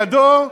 אתה ישבת לידו,